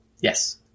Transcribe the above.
Yes